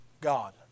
God